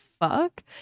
fuck